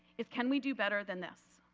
is can we do better than this.